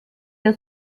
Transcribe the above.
der